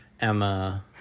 Emma